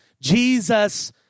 Jesus